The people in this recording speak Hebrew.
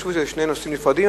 חשבו שזה שני נושאים נפרדים,